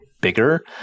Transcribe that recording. bigger